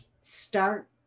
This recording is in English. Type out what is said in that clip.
start